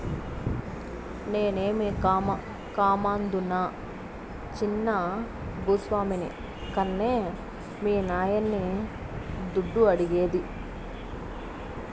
నేనేమీ కామందునా చిన్న భూ స్వామిని కన్కే మీ నాయన్ని దుడ్డు అడిగేది